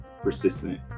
persistent